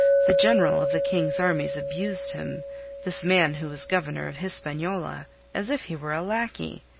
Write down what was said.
the general of the king's armies abused him this man who was governor of hispaniola as if he were a lackey.